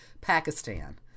Pakistan